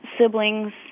siblings